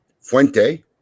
Fuente